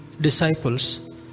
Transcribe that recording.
disciples